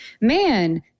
man